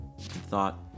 thought